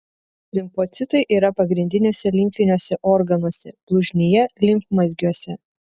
limfocitai yra pagrindiniuose limfiniuose organuose blužnyje limfmazgiuose